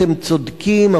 אתם צודקים,